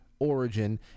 Origin